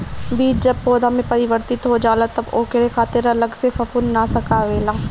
बीज जब पौधा में परिवर्तित हो जाला तब ओकरे खातिर अलग से फंफूदनाशक आवेला